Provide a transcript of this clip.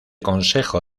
consejo